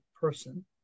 person